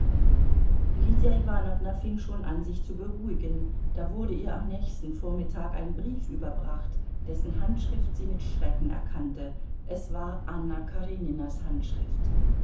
lydia iwanowna fing schon an sich zu beruhigen da wurde ihr am nächsten vormittag ein brief überbracht dessen handschrift sie mit schrecken erkannte es war anna kareninas handschrift